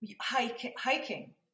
hiking